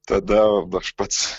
tada aš pats